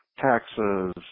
taxes